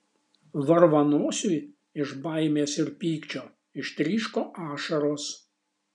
varvanosiui iš baimės ir pykčio ištryško ašaros